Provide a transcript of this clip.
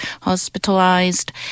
hospitalized